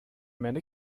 many